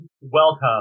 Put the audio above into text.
welcome